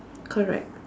correct